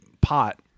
pot